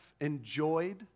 enjoyed